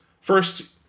First